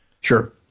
Sure